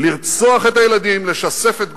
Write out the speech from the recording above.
לרצוח את הילדים, לשסף את גרונם,